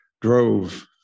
drove